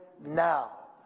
now